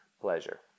pleasure